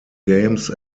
games